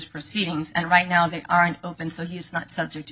proceedings and right now they aren't open so he's not subject to